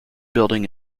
building